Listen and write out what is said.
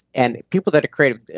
and people that are creative,